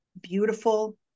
beautiful